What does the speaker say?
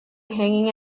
hanging